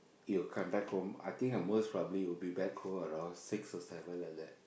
you come back home I think I most probably will be back home around six or seven like that